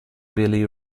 billy